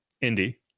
Indy